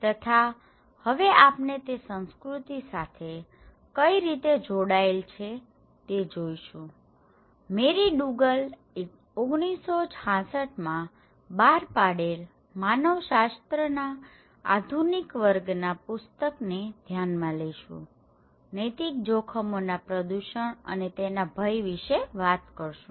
તથા હવે આપને તે સંસ્કૃતિક સાથે કઇ રીતે જોડાએલ છે તે જોઇશુ મેરી ડુગલ એ 1966 માં બાર પાડેલ માનવ શાસ્ત્ર ના આધુનિક વર્ગ ના પુસ્તક ને ધ્યાનમા લઇશુનૈતિક જોખમોના પ્રદુષણ અને તેના ભયે વિશે વાત કરીશુ